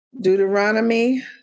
Deuteronomy